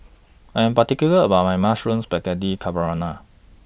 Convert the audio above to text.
I'm particular about My Mushroom Spaghetti Carbonara